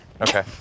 Okay